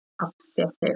obsessive